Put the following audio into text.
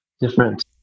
different